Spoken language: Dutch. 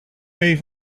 mee